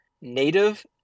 native